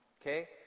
Okay